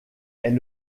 est